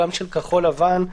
גם של כחול לבן,